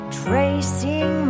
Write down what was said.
tracing